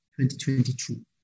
2022